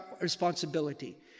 responsibility